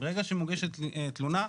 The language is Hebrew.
ברגע שמוגשת תלונה,